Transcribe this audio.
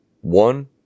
One